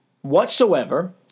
whatsoever